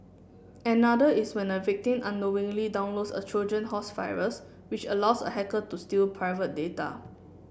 another is when a victim unknowingly downloads a Trojan horse virus which allows a hacker to steal private data